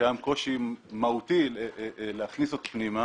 שקיים קושי מהותי להכניס אותו פנימה,